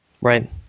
Right